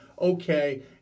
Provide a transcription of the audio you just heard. okay